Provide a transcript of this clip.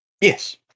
Yes